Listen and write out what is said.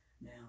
Now